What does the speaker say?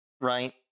Right